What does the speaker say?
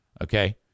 Okay